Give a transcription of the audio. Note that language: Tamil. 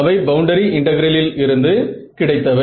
அவை பவுண்டரி இன்டெகிரலிலிருந்து கிடைத்தவை